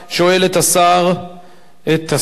שואל את שר הביטחון,